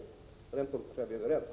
På den punkten tror jag att vi är överens.